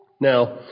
Now